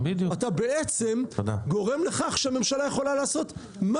אתה בעצם גורם לכך שהממשלה יכולה לעשות מה